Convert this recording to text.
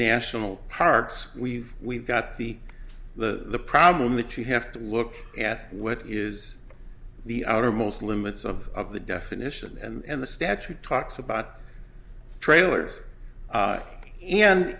national parks we've we've got the the the problem that you have to look at what is the outermost limits of the definition and the statute talks about trailers a